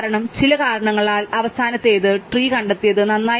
കാരണം ചില കാരണങ്ങളാൽ അവസാനത്തേത് ട്രീ കണ്ടെത്തിയത് നന്നായി